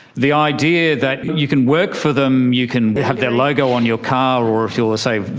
the idea that you can work for them, you can have their logo on your car, or if you are, say,